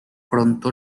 pronto